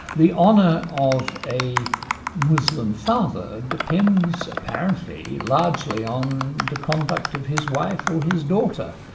the honour of a muslim father depends apparently, largely on the conduct of his wife or his daughter,